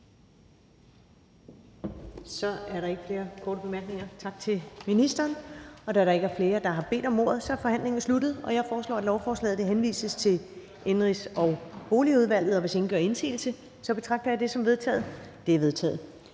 Der er ikke flere korte bemærkninger, så vi siger tak til ministeren. Da der ikke er flere, der har bedt om ordet, er forhandlingerne sluttet. Jeg foreslår, at lovforslaget henvises til Indenrigs- og Boligudvalget. Hvis ingen gør indsigelse, betragter jeg det som vedtaget. Det er vedtaget.